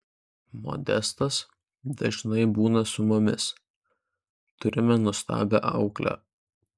modestas dažnai būna su mumis turime nuostabią auklę